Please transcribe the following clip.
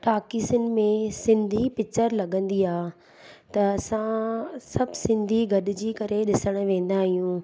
टाकिसन में सिंधी पिकिचरु लॻंदी आहे त असां सभु सिंधी गॾिजी करे ॾिसणु वेंदा आहियूं